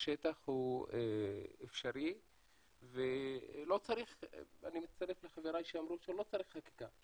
בשטח הוא אפשרי ואני מצטרף לחבריי שאמרו שלא צריך חקיקה.